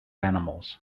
animals